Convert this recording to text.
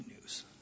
news